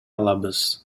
алабыз